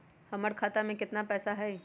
हमर खाता में केतना पैसा हई?